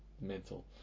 mental